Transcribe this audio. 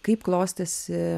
kaip klostėsi